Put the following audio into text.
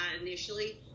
initially